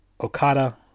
Okada